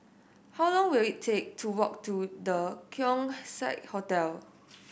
how long will it take to walk to The Keong Saik Hotel